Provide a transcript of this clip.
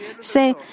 Say